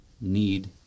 need